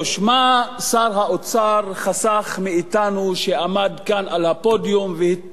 מה שר האוצר חסך מאתנו כשעמד כאן על הפודיום והתפאר